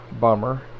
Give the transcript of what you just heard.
bummer